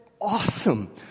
awesome